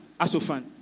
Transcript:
Asofan